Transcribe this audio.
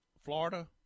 Florida